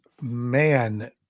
man